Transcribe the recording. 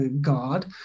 God